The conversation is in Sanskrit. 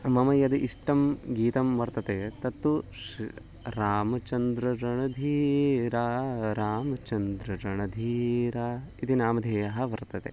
मम यदि इष्टं गीतं वर्तते तत्तु श्र् रामचन्द्ररणधीरः रामचन्द्ररणधीरः इति नामधेयः वर्तते